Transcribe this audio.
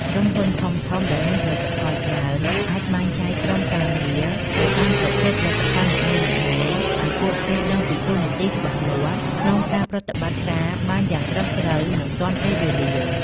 ក្រុមហ៊ុនធំៗដែលមានផលិតផលច្រើនអាចបែងចែកក្រុមការងារទៅតាមប្រភេទផលិតផលនីមួយៗឱ្យពួកគេដឹងពីតួនាទីច្បាស់លាស់ក្នុងការប្រតិបត្តិការបានយ៉ាងត្រឹមត្រូវនិងទាន់ពេលវេលា។